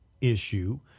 issue